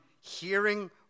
hearing